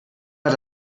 hat